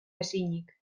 ezinik